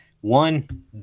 one